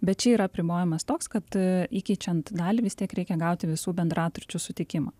bet čia yra apribojimas toks kad įkeičiant dalį vis tiek reikia gauti visų bendraturčių sutikimą